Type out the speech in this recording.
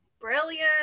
Brilliant